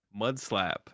mudslap